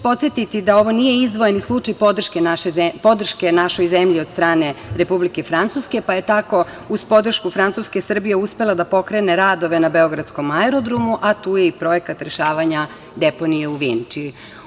Podsetiću vas da ovo nije izdvojeni slučaj podrške našoj zemlji od strane Republike Francuske, pa je tako uz podršku Francuske Srbija uspela da pokrene radove na beogradskom aerodromu, a tu je i projekat rešavanja deponije u Vinči.